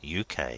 uk